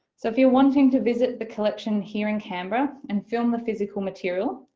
so if you're wanting to visit the collection here in canberra and film the physical material,